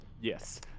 Yes